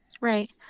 right